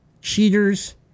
cheaters